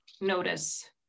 notice